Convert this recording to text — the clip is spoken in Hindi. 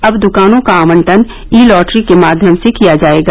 अब दुकानों का आवंटन ई लॉटरी के माध्यम से किया जाएगा